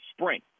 spring